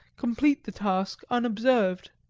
complete the task unobserved.